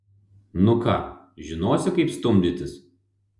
nu ką žinosi kaip stumdytis